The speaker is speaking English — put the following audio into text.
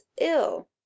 ill